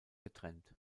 getrennt